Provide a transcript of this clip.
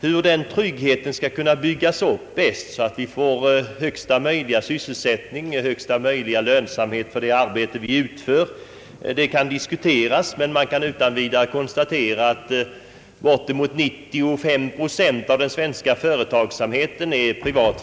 Hur den tryggheten skall kunna byggas upp bäst, så att vi får högsta möjliga sysselsättning och högsta möjliga lönsamhet för det arbete vi utför kan diskuteras, men man kan utan vidare konstatera att bort emot 95 procent av den svenska företagsamheten är privat.